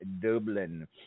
Dublin